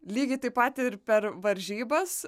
lygiai taip pat ir per varžybas